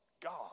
God